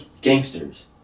gangsters